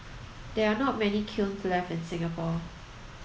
there are not many kilns left in Singapore